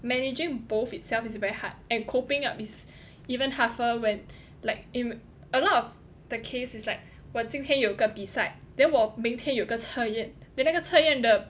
managing both itself is very hard and coping up is even tougher when like in a lot of the case is like 我今天有个比赛 then 我明天有个测验 then 那个测验的